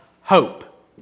hope